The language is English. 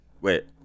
Wait